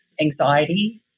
anxiety